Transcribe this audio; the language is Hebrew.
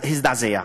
הזדעזע.